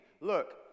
look